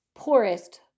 poorest